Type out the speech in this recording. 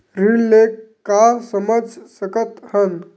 ऋण ले का समझ सकत हन?